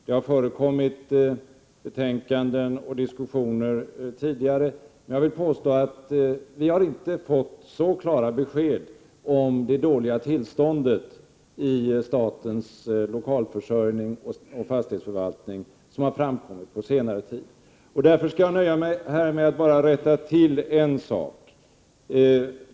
Det har förekommit betänkanden och diskussioner tidigare, men jag vill påstå att vi inte tidigare fått så klara besked om det dåliga tillståndet när det gäller statens lokalförsörjning och fastighetsförvaltning som framkommit på senare tid. Jag skall nöja mig med att här rätta till en sak.